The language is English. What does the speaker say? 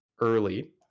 early